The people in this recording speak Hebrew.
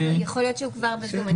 יכול להיות שהוא כבר בזום.